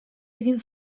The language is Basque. egin